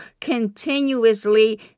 continuously